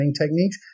techniques